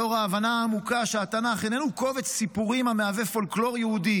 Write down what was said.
לאור ההבנה העמוקה שהתנ"ך איננו קובץ סיפורים המהווה פולקלור יהודי